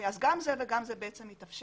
גם זה וגם זה מתאפשר.